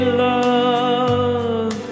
love